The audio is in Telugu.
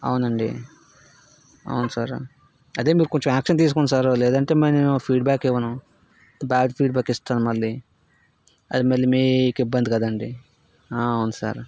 అవునండి అవును సార్ అదే మీరు కొంచెం యాక్షన్ తీసుకోండి సార్ లేదంటే నేను మళ్లీ ఫీడ్బ్యాక్ ఇవ్వను బ్యాడ్ ఫీడ్బ్యాక్ ఇస్తాను మళ్లీ అది మళ్లీ మీకు ఇబ్బంది కదా అండి ఆ అవును సార్